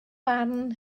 barn